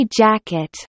jacket